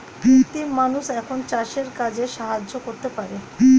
কৃত্রিম মানুষ এখন চাষের কাজে সাহায্য করতে পারে